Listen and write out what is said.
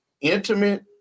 Intimate